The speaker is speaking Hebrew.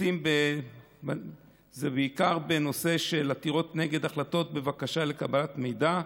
הנושאים הם בעיקר בנושא של עתירות נגד החלטות בבקשה לקבלת מידע,